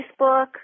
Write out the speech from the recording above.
facebook